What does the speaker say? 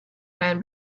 man